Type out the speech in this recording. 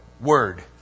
word